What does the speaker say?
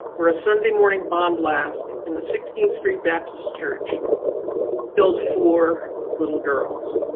where a sunday morning bomb blast in the sixteenth street baptist church killed four little girls.